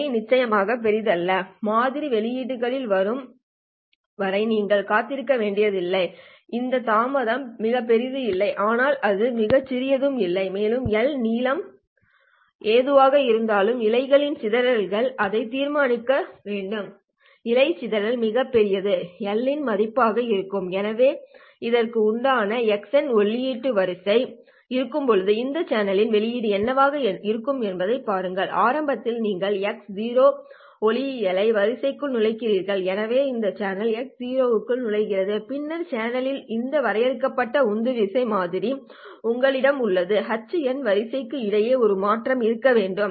L நிச்சயமாக பெரியதல்ல மாதிரிகள் வெளியீட்டிற்கு வரும் வரை நீங்கள் காத்திருக்க வேண்டியிருக்கும் இந்த தாமதம் மிகப் பெரியதும் இல்லை ஆனால் அது மிகச் சிறியதும் இல்லை மேலும் L நீளம் எதுவாக இருந்தாலும் இழைகளின் சிதறலால் அதனை தீர்மானிக்க வேண்டும் இழைல் சிதறல் மிகப் பெரியது L இன் மதிப்பாக இருக்கும் எனவே இதற்கு உள்ளீடாக x உள்ளீட்டு வரிசை இருக்கும்போது இந்த சேனலின் வெளியீடு என்னவாக இருக்கும் என்பதை பாருங்கள் ஆரம்பத்தில் நீங்கள் x ஒளியலை வரிசைக்குள் நுழைகிறீர்கள் எனவே இந்த சேனல் x க்குள் நுழைகிறது பின்னர் சேனலின் இந்த வரையறுக்கப்பட்ட உந்துவிசை மாதிரி உங்களிடம் உள்ளது h வரிசைக்கு இடையில் ஒரு மாற்றம் இருக்க வேண்டும்